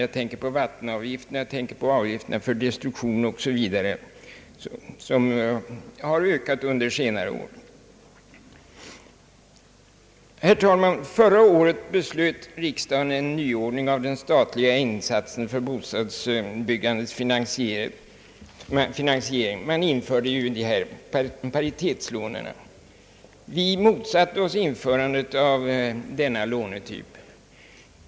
Jag tänker på vattenavgifterna, på avgifterna för destruktion osv., som har ökat under senare år. Förra året beslöt riksdagen en nyordning av den statliga insatsen för bostadsbyggandets finansiering; paritetslånen infördes då. Vi motsatte oss införandet av denna lånetyp.